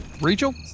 Rachel